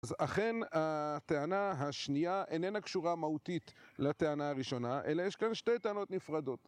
אז אכן, הטענה השנייה איננה קשורה מהותית לטענה הראשונה, אלא יש כאן שתי טענות נפרדות.